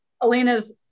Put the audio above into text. Alina's